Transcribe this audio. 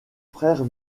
frères